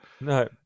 no